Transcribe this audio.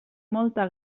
molta